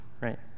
right